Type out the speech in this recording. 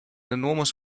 enormous